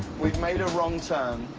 we made a wrong turn.